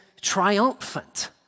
triumphant